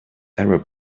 error